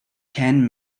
can